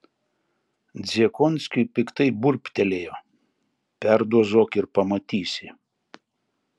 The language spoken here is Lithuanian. dziekonskiui piktai burbtelėjo perdozuok ir pamatysi